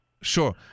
Sure